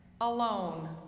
alone